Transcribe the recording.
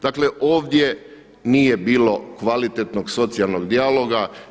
Dakle, ovdje nije bilo kvalitetnog socijalnog dijaloga.